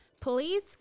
Police